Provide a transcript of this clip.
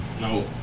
No